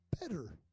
better